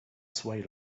swayed